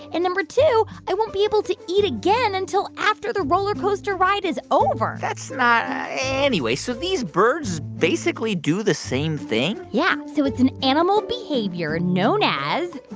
and number two, i won't be able to eat again until after the rollercoaster ride is over that's not anyway, so these birds basically do the same thing? yeah. so it's an animal behavior known as